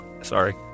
Sorry